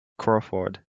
crawford